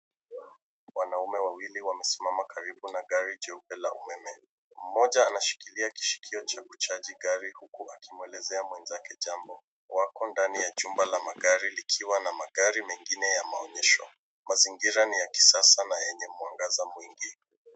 Wanaume wawili wamesimama karibu na gari jeupe la umeme. Mmoja anshikilia kishikio cha kuchaji gari huku akimwelezea mwenzake jambo. Wako ndani ya chumba la magari likiwa na magari mengine ya maonyesho . Mazingira ni ya kisasa na yenye mwangaza mwingi.